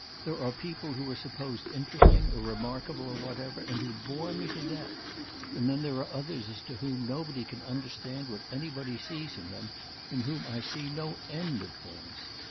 there are people who are supposed interesting or remarkable or whatever, and who bore me to death and then there are others as to whom nobody can understand what anybody sees in them in whom i see no end of things.